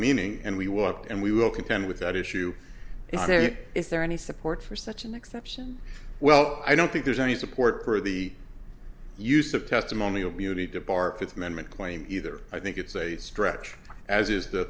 meaning and we will up and we will contend with that issue is there is there any support for such an exception well i don't think there's any support for the use of testimonial beauty to bar its management claim either i think it's a stretch as is the